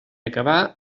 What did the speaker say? acabar